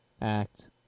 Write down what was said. act –